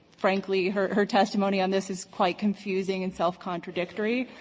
frankly her her testimony on this is quite confusing and self-contradictory.